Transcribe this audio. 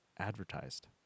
advertised